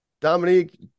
Dominique